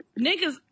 Niggas